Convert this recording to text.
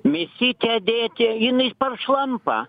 mėsytę dėti jinai peršlampa